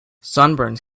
sunburns